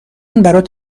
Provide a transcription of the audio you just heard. برات